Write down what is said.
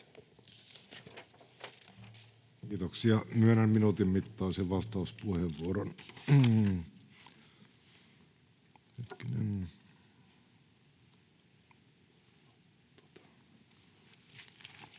Kiitoksia. — Myönnän minuutin mittaisen vastauspuheenvuoron edustaja